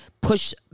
push